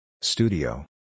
Studio